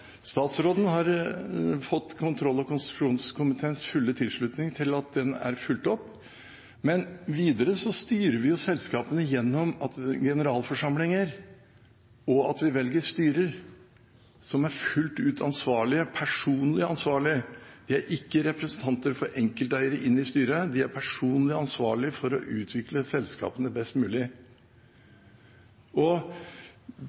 Statsråden har fått kontroll- og konstitusjonskomiteens fulle tilslutning til at eierskapsmeldingen er fulgt opp. Men videre styrer vi jo selskapene gjennom at vi har generalforsamlinger, og at vi velger styrer som er fullt ut ansvarlig – som er personlig ansvarlig, de er ikke representanter for enkelteiere inn i styret, de er personlig ansvarlig for å utvikle selskapene best